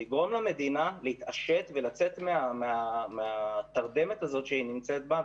לגרום למדינה להתעשת ולצאת מהתרדמת הזאת שהיא נמצאת בה,